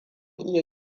iya